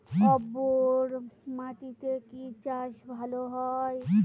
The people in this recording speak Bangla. উর্বর মাটিতে কি চাষ ভালো হয়?